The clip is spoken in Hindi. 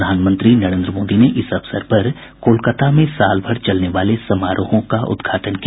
प्रधानमंत्री नरेन्द्र मोदी ने इस अवसर पर कोलकाता में साल भर चलने वाले समारोहों का उद्घाटन किया